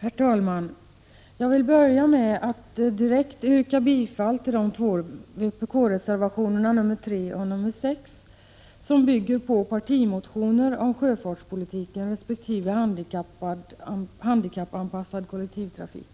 Herr talman! Jag vill börja med att yrka bifall till vpk-reservationerna 3 och 6, vilka bygger på partimotioner om sjöfartspolitiken resp. handikappanpassad kollektivtrafik.